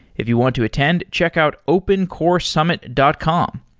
if you want to attend, check out opencoresummit dot com.